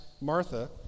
Martha